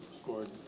scored